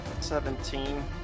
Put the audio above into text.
seventeen